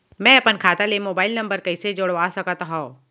मैं अपन खाता ले मोबाइल नम्बर कइसे जोड़वा सकत हव?